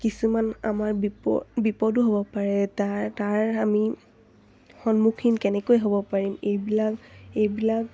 কিছুমান আমাৰ বিপদ বিপদো হ'ব পাৰে তাৰ তাৰ আমি সন্মুখীন কেনেকৈ হ'ব পাৰিম এইবিলাক এইবিলাক